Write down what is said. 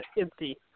empty